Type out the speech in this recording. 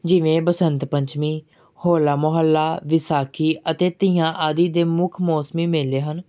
ਜਿਵੇਂ ਬਸੰਤ ਪੰਚਮੀ ਹੋਲਾ ਮੁਹੱਲਾ ਵਿਸਾਖੀ ਅਤੇ ਤੀਆਂ ਆਦਿ ਦੇ ਮੁੱਖ ਮੌਸਮੀ ਮੇਲੇ ਹਨ